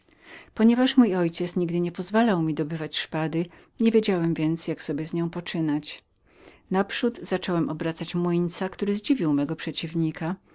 ponieważ mój ojciec nigdy nie pozwalał mi dobywać szpady nie wiedziałem więc jak sobie z nią poczynać naprzód zaczęłem obracać młyńca który z